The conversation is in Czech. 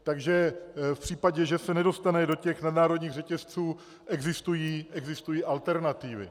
Takže v případě, že se nedostane do těch nadnárodních řetězců, existují alternativy.